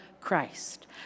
Christ